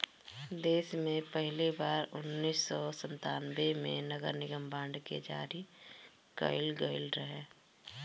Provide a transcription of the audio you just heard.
देस में पहिली बार उन्नीस सौ संतान्बे में नगरनिगम बांड के जारी कईल गईल रहे